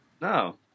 No